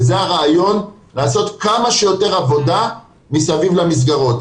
וזה הרעיון, לעשות כמה שיותר עבודה מסביב למסגרות.